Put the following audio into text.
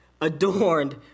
adorned